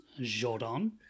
jordan